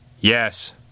Yes